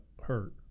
hurt